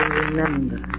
remember